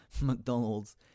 McDonald's